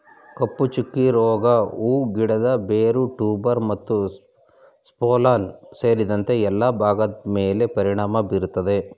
ಕಪ್ಪುಚುಕ್ಕೆ ರೋಗ ಹೂ ಗಿಡದ ಬೇರು ಟ್ಯೂಬರ್ ಮತ್ತುಸ್ಟೋಲನ್ ಸೇರಿದಂತೆ ಎಲ್ಲಾ ಭಾಗದ್ಮೇಲೆ ಪರಿಣಾಮ ಬೀರ್ತದೆ